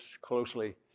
closely